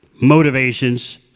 motivations